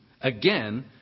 again